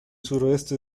sureste